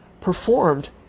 performed